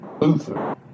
Luther